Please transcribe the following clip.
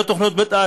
לא תוכניות מתאר,